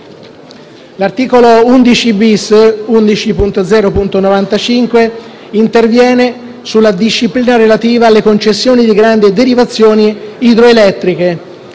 (testo 3)) interviene sulla disciplina relativa alle concessioni di grandi derivazioni idroelettriche.